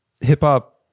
hip-hop